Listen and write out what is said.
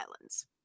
islands